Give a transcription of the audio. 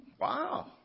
Wow